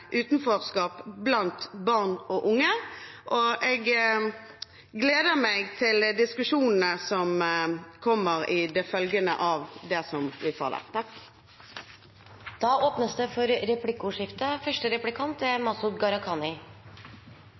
utenforskap blant barn og unge, og jeg gleder meg til diskusjonene som kommer i det følgende, om det som blir utfallet. Det blir replikkordskifte. Det er hyggelig å registrere at representanten Hjemdal og Fremskrittspartiet nå er